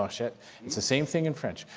ah scheer it's the same thing in french.